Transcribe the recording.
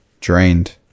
drained